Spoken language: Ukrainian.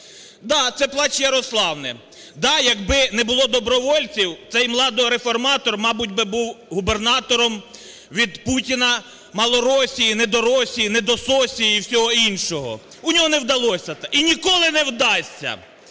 Да, це "плач Ярославни". Да, якби не було добровольців, цей младореформатор, мабуть, би був губернатором від Путіна "Малоросії", "недоросії", "недососії" і всього іншого. У нього не вдалося і ніколи не вдасться!